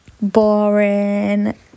boring